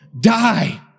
die